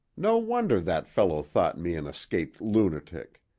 no wonder that fellow thought me an escaped lunatic.